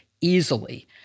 easily